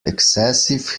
excessive